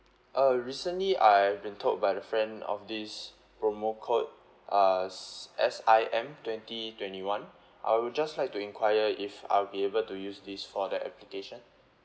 uh recently I have been told by the friend of this promo code uh S I M twenty twenty one I will just like to enquire if I'll be able to use this for that application